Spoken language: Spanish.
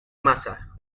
masa